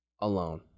Alone